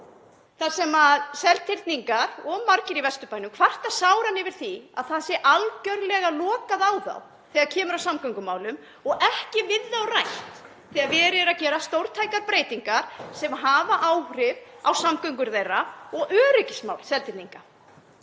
þar sem Seltirningar og margir í Vesturbænum kvarta sáran yfir því að það sé algerlega lokað á þá þegar kemur að samgöngumálum og ekki við þá rætt þegar verið er að gera stórtækar breytingar sem hafa áhrif á samgöngur þeirra og öryggismál Seltirninga.